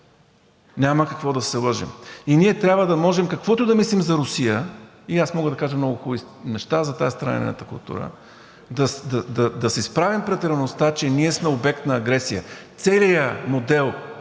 Няма какво да се лъжем. И ние трябва да можем, каквото и да мислим за Русия, и аз мога да кажа много хубави неща за тази страна и нейната култура, да се изправим пред реалността, че ние сме обект на агресия. Целият